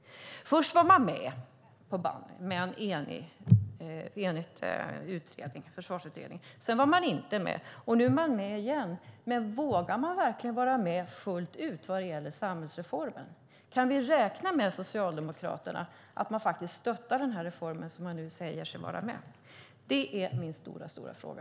Först var man med i en enig försvarsutredning. Sedan var man inte med. Nu är man med igen, men vågar man verkligen vara med fullt ut när det gäller samhällsreformen? Kan vi räkna med att Socialdemokraterna verkligen stöttar den reform som man nu säger sig vara med på? Det är min stora fråga.